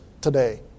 today